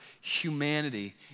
humanity